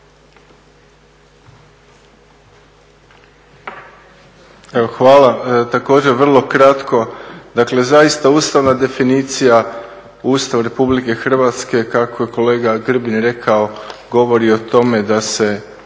hvala. Također vrlo kratko. Dakle, zaista ustavna definicija u Ustavu Republike Hrvatske kako je kolega Grbin rekao govori o tome da se